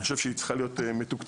אני חושב שהיא צריכה להיות מתוקצבת